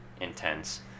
intense